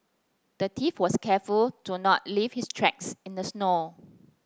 the thief was careful to not leave his tracks in the snow